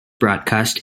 broadcast